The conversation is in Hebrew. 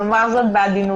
נאמר זאת בעדינות.